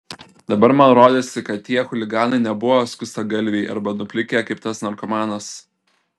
dabar man rodėsi kad tie chuliganai nebuvo skustagalviai arba nuplikę kaip tas narkomanas